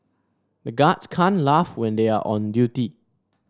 the guards can't laugh when they are on duty